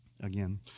again